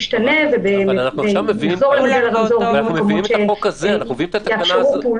עכשיו אנחנו מביאים את התקנה הזאת.